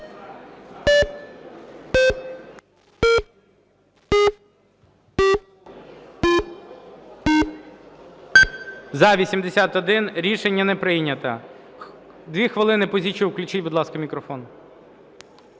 За-81 Рішення не прийнято. 2 хвилини Пузійчук. Включіть, будь ласка, мікрофон.